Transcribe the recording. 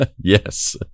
Yes